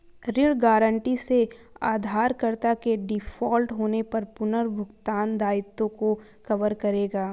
ऋण गारंटी से उधारकर्ता के डिफ़ॉल्ट होने पर पुनर्भुगतान दायित्वों को कवर करेगा